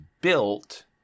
built